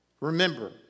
Remember